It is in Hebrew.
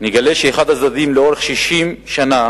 נגלה שאחד הצדדים לאורך 60 שנה